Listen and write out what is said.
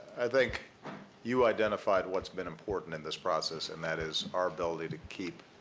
i think you identified what's been important in this process, and that is our ability to keep